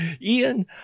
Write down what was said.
Ian